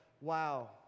wow